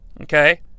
Okay